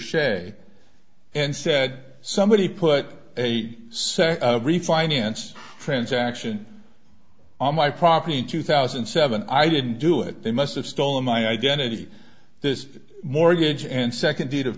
sze and said somebody put a sex refinance transaction on my property in two thousand and seven i didn't do it they must have stolen my identity this mortgage and second deed of